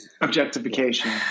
Objectification